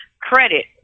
credit